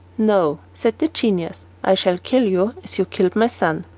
no, said the genius, i shall kill you as you killed my son,